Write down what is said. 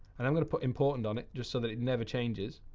and i'm going to put important on it just so that it never changes.